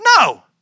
No